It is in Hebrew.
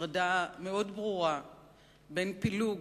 הפרדה מאוד ברורה בין פילוג